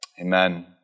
Amen